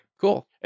Cool